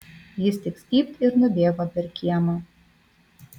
jis tik stypt ir nubėgo per kiemą